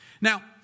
now